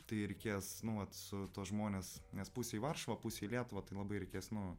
tai reikės nu vat su tuos žmones nes pusė į varšuvą pusė į lietuvą tai labai reikės nu